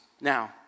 Now